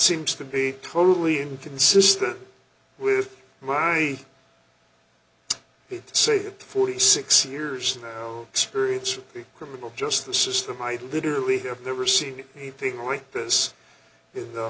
seems to be totally inconsistent with my he'd say forty six years experience the criminal justice system i'd literally have never seen anything like this in the